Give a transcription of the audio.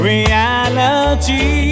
Reality